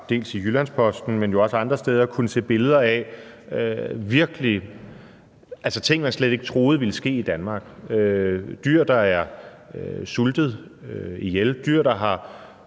dels i Jyllands-Posten, dels andre steder har kunnet se billeder af ting, man slet ikke troede ville ske i Danmark: dyr, der er sultet ihjel, og dyr, der har